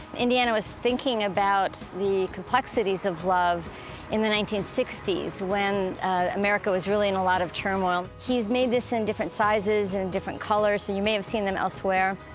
indiana was thinking about the complexities of love in the nineteen sixty s, when america was really in a lot of turmoil. he's made this in different sizes, in different colors, so you may have seen them elsewhere.